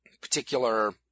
particular